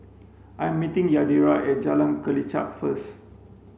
I'm meeting Yadira at Jalan Kelichap first